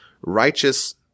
righteous